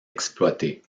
exploitée